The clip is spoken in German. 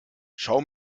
schau